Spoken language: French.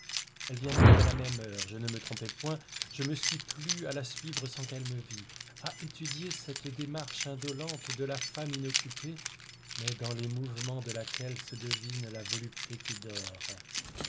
elle reviendrait à la même heure je ne me trompais point je me suis plu à la suivre sans qu'elle me vît à étudier cette démarche indolente de la femme inoccupée mais dans les mouvements de laquelle se devine la volupté qui dort